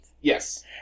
Yes